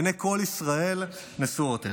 עיני כל ישראל נשואות אליו.